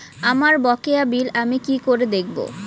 আমার বকেয়া বিল আমি কি করে দেখব?